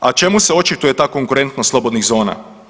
A čemu se očituje ta konkurentnost slobodnih zona?